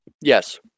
Yes